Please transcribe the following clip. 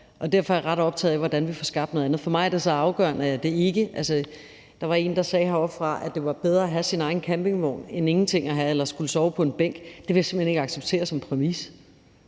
Derfor er jeg ret optaget af, hvordan vi får skabt noget andet. Der var en, der sagde heroppefra, at det var bedre at have sin egen campingvogn end ingenting at have eller at skulle sove på en bænk. Det vil jeg simpelt hen ikke acceptere som en præmis.